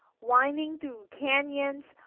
winding through canons,